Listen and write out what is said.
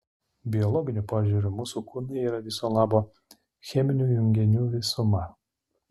biologiniu požiūriu mūsų kūnai yra viso labo cheminių junginių visuma